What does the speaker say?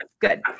Good